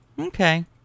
Okay